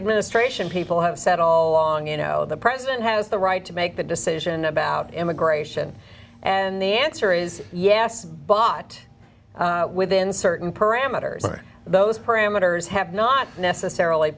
administration people have said all along d you know the president has the right to make the decision about immigration and the answer is yes bought within certain parameters or those parameters have not necessarily